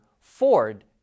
Ford